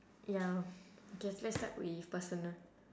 ya okay let's start with personal